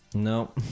No